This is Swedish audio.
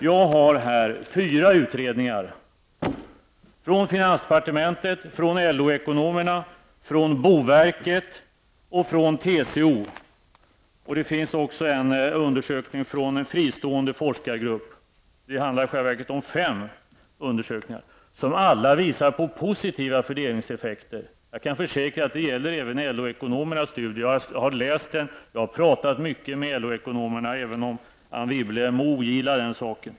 Jag har här fyra utredningar, från finansdepartementet, LO ekonomerna, boverket och TCO. Det finns också en undersökning från en fristående forskargrupp. Det handlar således i själva verket om fem undersökningar som alla visar på positiva fördelningseffekter. Jag kan försäkra att det även gäller LO-ekonomernas studie. Jag har läst den, och jag har talat mycket med LO-ekonomerna, även om Anne Wibble kanske ogillar den saken.